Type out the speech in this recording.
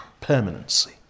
permanency